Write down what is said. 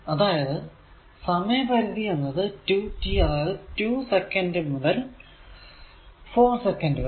അതായതു സമയ പരിധി എന്നത് 2 t അതായതു 2 സെക്കന്റ് മുതൽ 4 സെക്കന്റ് വരെ